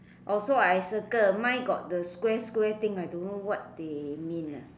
also I circle mine got the square square thing I don't know what they mean